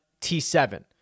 T7